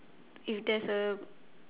if there's a